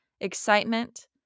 excitement